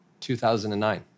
2009